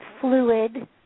fluid